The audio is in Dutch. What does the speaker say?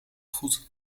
goed